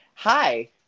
Hi